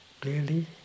clearly